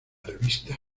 revista